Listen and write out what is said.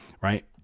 Right